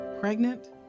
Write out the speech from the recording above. Pregnant